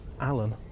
Alan